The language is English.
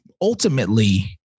ultimately